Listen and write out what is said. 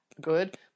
Good